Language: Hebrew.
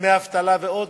דמי אבטלה ועוד,